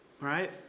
right